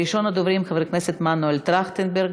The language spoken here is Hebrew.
ראשון הדוברים חבר הכנסת מנואל טרכטנברג,